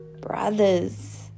Brothers